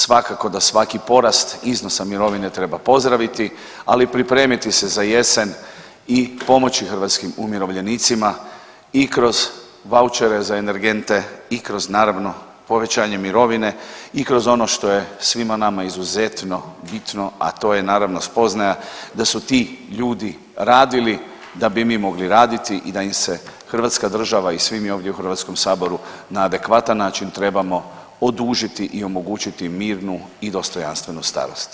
Svakako da svaki porast iznosa mirovine treba pozdraviti, ali i pripremiti se za jesen i pomoći hrvatskim umirovljenicima i kroz vaučere za energente i kroz naravno povećanje mirovine i kroz ono što je svima nama izuzetno bitno, a to je naravno spoznaja da su ti ljudi radili da bi mi mogli raditi i da im se Hrvatska država i svi mi ovdje u Hrvatskom saboru na adekvatan način trebamo odužiti i omogućiti im mirnu i dostojanstvenu starost.